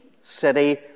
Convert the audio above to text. city